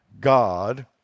God